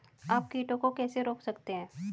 आप कीटों को कैसे रोक सकते हैं?